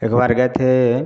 एक बार गए थे